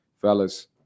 fellas